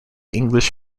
english